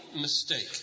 mistake